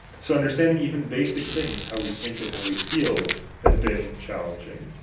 so understanding even basic things how we think and how we feel has been challenging.